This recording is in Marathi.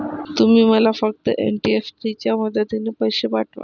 तुम्ही मला फक्त एन.ई.एफ.टी च्या मदतीने पैसे पाठवा